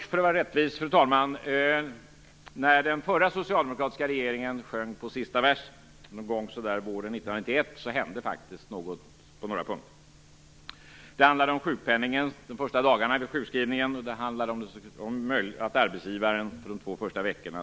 För att vara rättvis, fru talman, skall jag säga att det faktiskt hände saker på några punkter när den förra socialdemokratiska regeringen sjöng på sista versen någon gång på våren 1991. Det handlade om de första dagarna i sjukskrivningen och om att arbetsgivaren skulle stå för sjuklönen de två första veckorna.